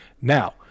Now